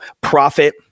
profit